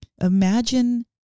Imagine